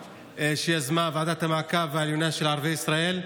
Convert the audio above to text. שיזמה ועדת המעקב העליונה של ערביי ישראל.